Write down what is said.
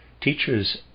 teachers